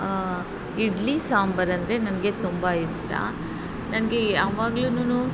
ಇಡ್ಲಿ ಸಾಂಬಾರ್ ಅಂದರೆ ನನಗೆ ತುಂಬ ಇಷ್ಟ ನನಗೆ ಯಾವಾಗ್ಲುನು